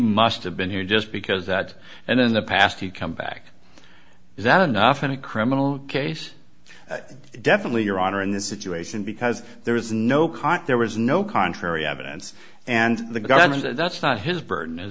must have been here just because that and in the past you come back is that enough in a criminal case definitely your honor in this situation because there is no caught there was no contrary evidence and the government that's not his burden is